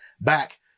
back